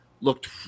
looked